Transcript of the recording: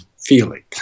feeling